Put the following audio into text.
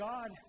God